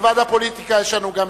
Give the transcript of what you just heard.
מלבד הפוליטיקה יש לנו גם מדינה.